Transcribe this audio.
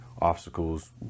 obstacles